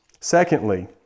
Secondly